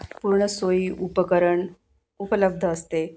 पूर्ण सोयी उपकरण उपलब्ध असते